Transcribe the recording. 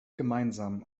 gemeinsam